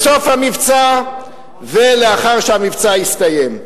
בסוף המבצע ולאחר שהמבצע הסתיים.